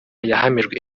yahamijwe